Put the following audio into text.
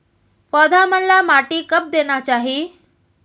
पौधा मन ला माटी कब देना चाही?